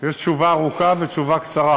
יש תשובה ארוכה ותשובה קצרה.